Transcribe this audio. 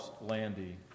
Landy